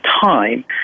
time